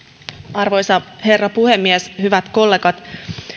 arvoisa herra puhemies hyvät kollegat